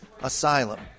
Asylum